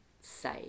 say